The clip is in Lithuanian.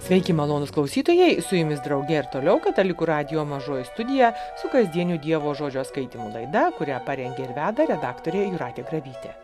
sveiki malonūs klausytojai su jumis drauge ir toliau katalikų radijo mažoji studija su kasdieniu dievo žodžio skaitymu laida kurią parengė ir veda redaktorė jūratė grabytė